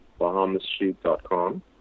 BahamasShoot.com